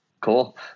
Cool